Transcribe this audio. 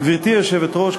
גברתי היושבת-ראש,